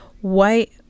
white